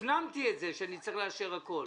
הפנמתי את זה שאני צריך לאשר הכל.